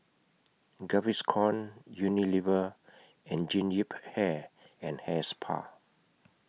Gaviscon Unilever and Jean Yip Hair and Hair Spa